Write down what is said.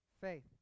faith